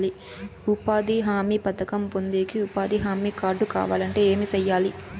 ఉపాధి హామీ పథకం పొందేకి ఉపాధి హామీ కార్డు కావాలంటే ఏమి సెయ్యాలి?